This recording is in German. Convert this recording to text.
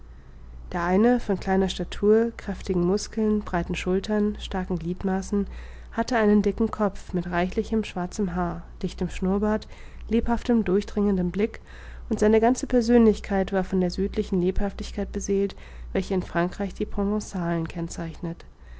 der eine von kleiner statur kräftigen muskeln breiten schultern starken gliedmaßen hatte einen dicken kopf mit reichlichem schwarzen haar dichtem schnurrbart lebhaftem durchdringendem blick und seine ganze persönlichkeit war von der südlichen lebhaftigkeit beseelt welche in frankreich die provenalen kennzeichnet